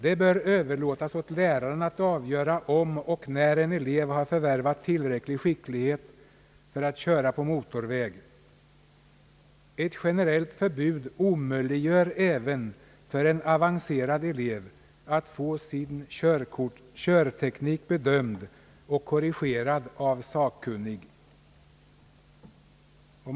Det bör överlåtas åt läraren att avgöra om och när en elev har förvärvat tillräcklig skicklighet för att köra på mo torväg. Ett generellt förbud omöjliggör även för en avancerad elev att få sin körteknik bedömd och korrigerad av sakkunnig.